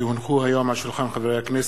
כי הונחו היום על שולחן הכנסת,